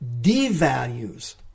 devalues